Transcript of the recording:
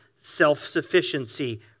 self-sufficiency